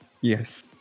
Yes